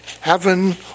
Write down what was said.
heaven